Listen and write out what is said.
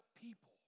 people